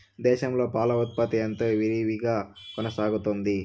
దేశంలో పాల ఉత్పత్తి ఎంతో విరివిగా కొనసాగుతోంది